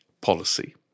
policy